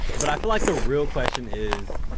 but i feel like the real question is,